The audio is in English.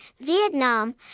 vietnam